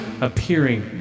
appearing